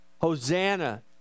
Hosanna